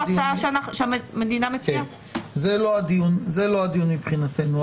זה לא הדיון מבחינתנו.